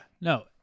no